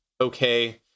okay